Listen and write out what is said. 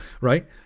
right